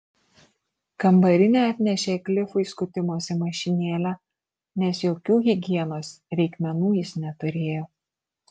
kambarinė atnešė klifui skutimosi mašinėlę nes jokių higienos reikmenų jis neturėjo